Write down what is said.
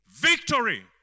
Victory